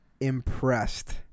impressed